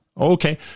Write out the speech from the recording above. okay